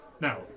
now